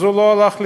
אז הוא לא הלך לשרת,